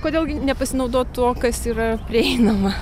kodėl gi nepasinaudot tuo kas yra prieinama